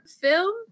film